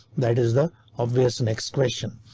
that is the obvious next question,